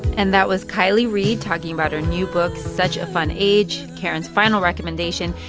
and that was kiley reid talking about her new book such a fun age, karen's final recommendation.